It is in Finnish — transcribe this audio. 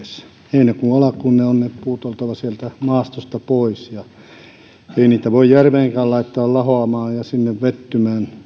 heinäkuun alkuun on niitten puitten oltava sieltä maastosta pois ei niitä voi järveenkään laittaa lahoamaan ja sinne vettymään